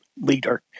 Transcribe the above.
leader